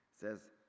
says